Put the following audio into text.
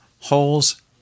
holes